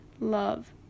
love